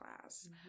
class